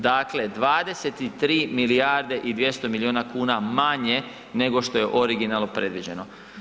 Dakle, 23 milijarde i 200 miliona kuna manje nego što je originalno predviđeno.